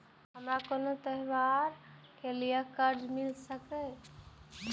हमारा कोनो त्योहार के लिए कर्जा मिल सकीये?